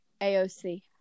AOC